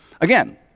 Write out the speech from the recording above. Again